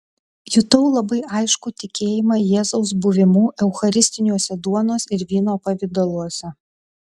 jutau labai aiškų tikėjimą jėzaus buvimu eucharistiniuose duonos ir vyno pavidaluose